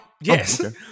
yes